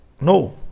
No